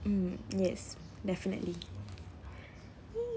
mm yes definitely